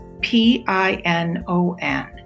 P-I-N-O-N